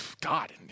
God